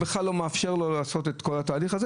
ובכלל לא מאפשר לו לעשות את כל התהליך הזה.